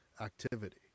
activity